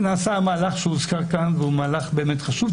נעשה המהלך שהוזכר כאן, והוא מהלך באמת חשוב.